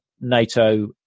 NATO